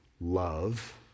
love